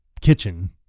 kitchen